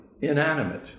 inanimate